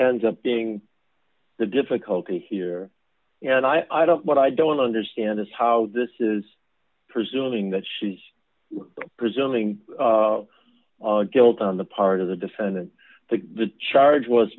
ends up being the difficulty here and i don't what i don't understand is how this is presuming that she's presuming guilt on the part of the defendant to the charge was